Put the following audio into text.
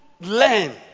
learn